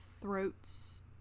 throats